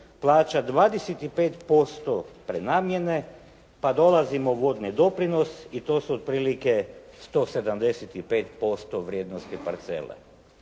plaća 25% prenamjena, pa dolazi mu vodni doprinos i to su otprilike 175% vrijednosti parcele.